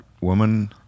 woman